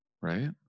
right